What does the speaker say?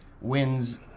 wins